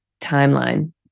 timeline